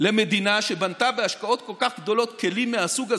למדינה שבנתה בהשקעות כל כך גדולות כלים מהסוג הזה,